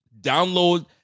Download